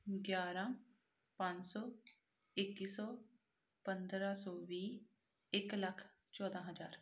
ਗਿਆਰਾਂ ਪੰਜ ਸੌ ਇੱਕੀ ਸੌ ਪੰਦਰਾਂ ਸੌ ਵੀਹ ਇੱਕ ਲੱਖ ਚੌਦਾਂ ਹਜ਼ਾਰ